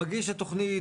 מגיש התוכנית,